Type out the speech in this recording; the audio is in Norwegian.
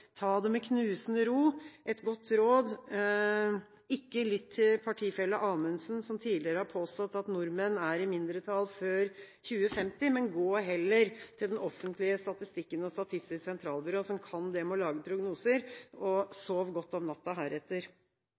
ta det med knusende ro. Et godt råd: Ikke lytt til partifelle Amundsen som tidligere har påstått at nordmenn er i mindretall før 2050. Gå heller til den offentlige statistikken og Statistisk sentralbyrå som kan det med å lage prognoser, og sov godt om natta heretter.